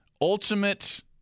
ultimate